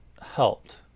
helped